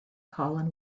colin